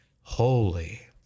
holy